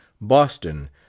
Boston